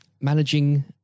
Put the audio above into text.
managing